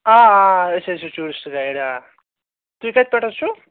آ آ آ أسۍ حظ چھِ ٹوٗرِسٹ گایِڈ آ تُہۍ کَتہِ پٮ۪ٹھ حظ چھُو